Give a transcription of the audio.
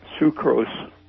Sucrose